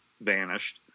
vanished